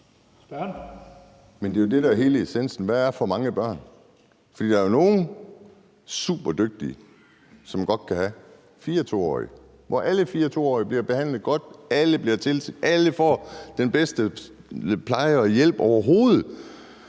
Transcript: Men det er jo det, der er hele essensen: Hvad er for mange børn? For der er jo nogle af dem, der er superdygtige, og som godt kan have fire 2-årige, og hvor alle fire 2-årige bliver behandlet godt; alle får den bedste pleje og hjælp overhovedet.